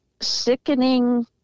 sickening